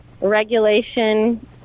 regulation